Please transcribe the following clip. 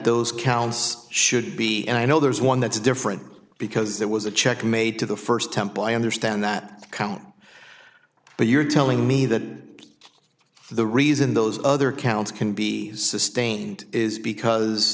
those counts should be and i know there is one that's different because there was a check made to the first temple i understand that count but you're telling me that the reason those other counts can be sustained is because